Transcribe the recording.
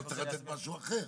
לא צריך לתת משהו אחר,